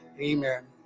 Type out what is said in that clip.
Amen